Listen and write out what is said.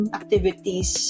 activities